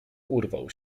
urwał